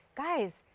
guys,